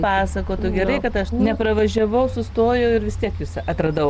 pasakotų gerai kad aš nepravažiavau sustojau ir vis tiek jus atradau